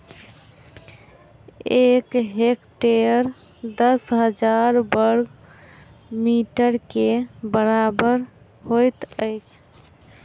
एक हेक्टेयर दस हजार बर्ग मीटर के बराबर होइत अछि